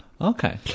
Okay